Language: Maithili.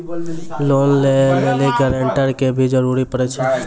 लोन लै लेली गारेंटर के भी जरूरी पड़ै छै?